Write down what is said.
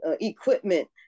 equipment